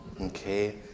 Okay